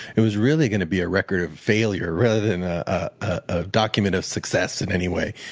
it was really going to be a record of failure, rather than ah a document of success in any way.